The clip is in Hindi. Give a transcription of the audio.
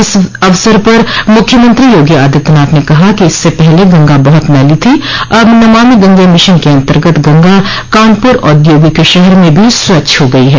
इस अवसर पर मुख्यमंत्री योगी आदित्यनाथ ने कहा कि इससे पहले गंगा बहुत ही मैली थी अब नमामि गंगे मिशन के अंतगत गंगा कानपुर औद्योगिक शहर में भी स्वच्छ हो गई है